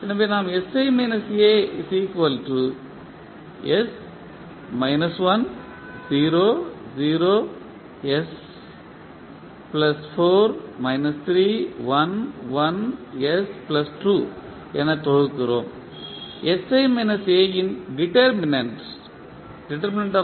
எனவே நாம் என தொகுக்கிறோம் இன் டிடர்மினென்ட்